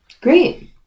Great